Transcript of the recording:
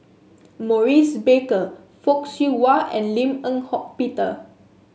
Maurice Baker Fock Siew Wah and Lim Eng Hock Peter